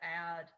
add